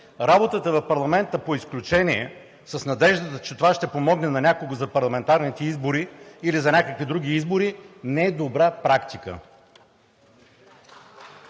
Работата в парламента по изключение с надеждата, че това ще помогне на някого за парламентарните избори или за някакви други избори, не е добра практика.